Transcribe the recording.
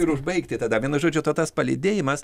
ir užbaigti tada vienu žodžiu to tas palydėjimas